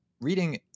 reading